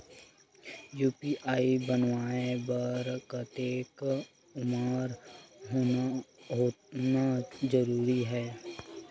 UPI बनवाय बर कतेक उमर होना जरूरी हवय?